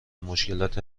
مشکلات